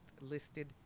listed